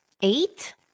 Eight